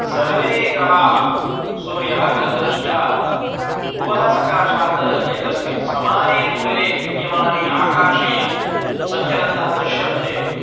सर्वे ग्रहाः सूर्यः चन्द्रश्च भुवः सकाशात् एकस्मिन् समाने दूरे विद्यमाने आकाशे सञ्चरन्तः दृश्यन्ते